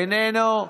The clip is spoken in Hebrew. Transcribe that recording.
איננו.